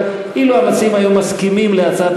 אבל אילו המציעים היו מסכימים להצעת